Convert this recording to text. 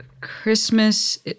christmas